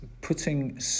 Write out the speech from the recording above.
putting